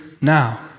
now